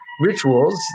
rituals